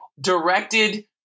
directed